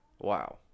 Wow